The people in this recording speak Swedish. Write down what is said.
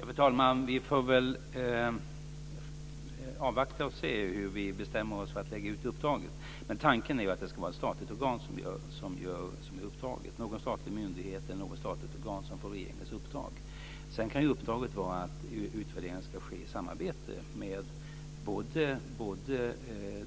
Fru talman! Vi får väl avvakta och se hur vi bestämmer oss för att lägga ut uppdraget. Tanken är att det ska vara ett statligt organ som utför uppdraget. Det blir någon statlig myndighet eller något statligt organ som får regeringens uppdrag. Sedan kan ju uppdraget vara att utvärderingen ska ske i samarbete med både